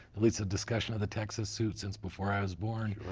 at least a discussion of the texas suit, since before i was born,